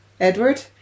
Edward